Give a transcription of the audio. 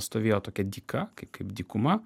stovėjo tokia dyka kaip kaip dykuma